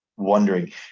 Wondering